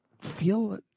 feel